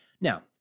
Now